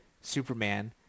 Superman—